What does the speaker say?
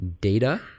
data